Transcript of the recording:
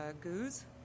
goose